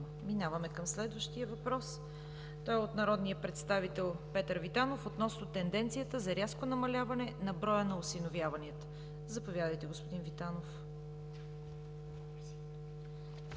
Минаваме към следващия въпрос. Той е от народния представител Петър Витанов относно тенденцията за рязко намаляване на броя на осиновяванията. Заповядайте, господин Витанов.